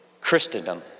Christendom